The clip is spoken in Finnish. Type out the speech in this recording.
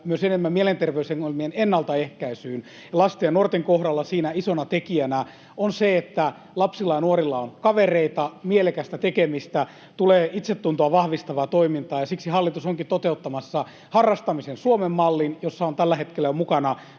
enemmän mielenterveysongelmien ennaltaehkäisyyn. Lasten ja nuorten kohdalla siinä isona tekijänä on se, että lapsilla ja nuorilla on kavereita, mielekästä tekemistä, tulee itsetuntoa vahvistavaa toimintaa. Siksi hallitus onkin toteuttamassa harrastamisen Suomen mallin, jossa on jo tällä hetkellä mukana